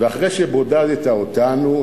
ואחרי שבודדת אותנו,